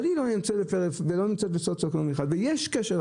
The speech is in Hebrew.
אבל היא לא נמצאת בסוציואקונומי 1. יש קשר,